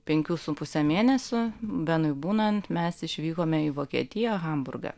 penkių su puse mėnesių benui būnant mes išvykome į vokietiją hamburgą